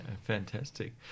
fantastic